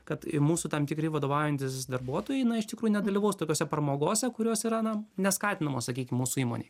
kad mūsų tam tikri vadovaujantys darbuotojai iš tikrųjų nedalyvaus tokiose pramogose kurios yra na neskatinamos sakykim mūsų įmonėj